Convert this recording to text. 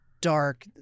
dark